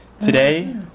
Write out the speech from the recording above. Today